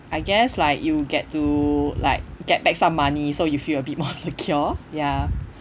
I guess like you get to like get back some money so you feel a bit more secure ya